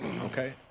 Okay